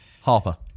Harper